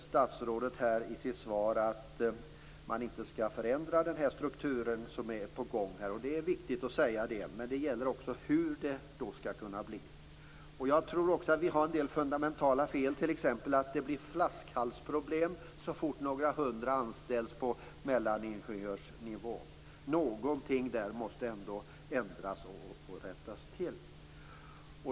Statsrådet säger i sitt svar att man inte skall förändra den struktur som är på gång, och det är ett viktigt uttalande, men det gäller också hur det då kan bli. Jag tror också att det finns en del fundamentala fel, t.ex. att det uppstår flaskhalsproblem så snart några hundra personer anställs på mellaningenjörsnivå. Någonting måste därvidlag rättas till.